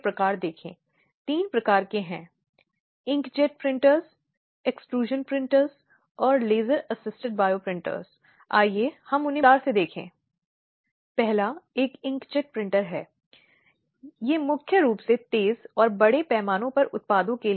क्योंकि आपराधिक कानून किस दिशा में जाता है यह व्यक्ति को दंडित करने के संदर्भ में है